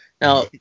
Now